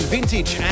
Vintage